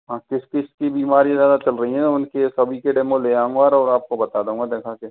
हाँ किस किस की बीमारी ज़्यादा चल रही हैं उनके सभी के डेमो ले आऊंगा और आपको बता दूंगा दिखा के